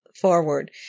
forward